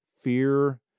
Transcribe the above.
fear